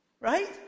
Right